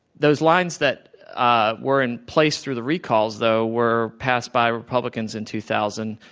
those lines that ah were in place through the recalls, though, were passed by republicans in two thousand.